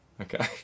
Okay